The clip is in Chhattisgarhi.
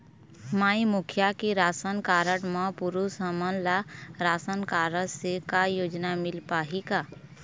माई मुखिया के राशन कारड म पुरुष हमन ला रासनकारड से का योजना मिल पाही का?